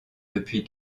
depuis